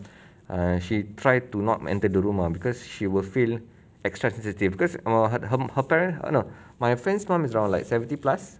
err she try to not enter the room ah because she will feel extra sensitive because err her her parents err no my friend's mum is around like seventy plus